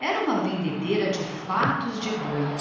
era uma vendedeira de fatos de boi